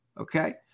Okay